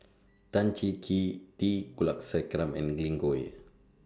Tan Cheng Kee T Kulasekaram and Glen Goei